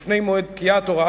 תודה.